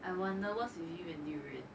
I wonder what's usually you and durian